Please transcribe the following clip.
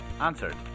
answered